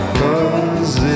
cause